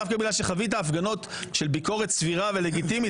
דווקא בגלל שחווית הפגנות של ביקורת סבירה ולגיטימית,